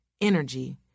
energy